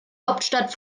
hauptstadt